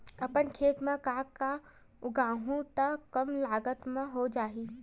अपन खेत म का का उगांहु त कम लागत म हो जाही?